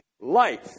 life